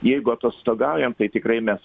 jeigu atostogaujam tai tikrai mes